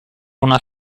una